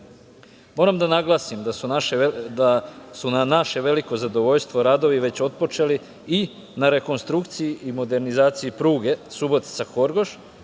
da naglasim da su na naše veliko zadovoljstvo radovi već otpočeli i na rekonstrukciji i modernizaciji pruge Subotica – Horgoš